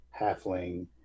Halfling